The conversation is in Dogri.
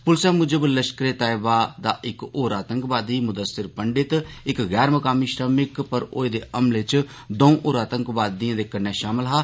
पुलसै मुजब लश्करे तैयबा दा इक होर आतंकवादी मुदस्सिर पंडित इक गैर मुकामी श्रमिक पर होए दे हमले च दौं होर आतंकवादिए दे कन्नै शामल हा